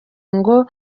ngo